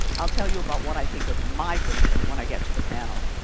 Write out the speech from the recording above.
i'll tell you about what i think of migration when i get to the panel.